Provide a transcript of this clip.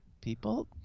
People